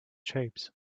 shapes